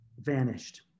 vanished